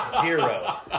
Zero